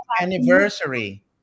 anniversary